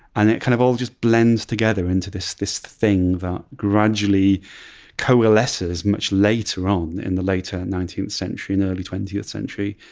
and it kind of all just blends together into this this thing that gradually coalesces much later on, in the later nineteenth century and early twentieth century,